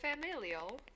familial